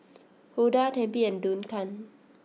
Hulda Tempie and Duncan